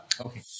Okay